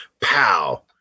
pow